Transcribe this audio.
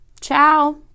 ciao